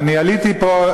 עליתי פה,